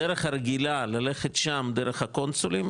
הדרך הרגילה ללכת שם דרך הקונסולים,